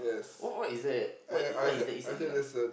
what what is that what is what is there is at Geylang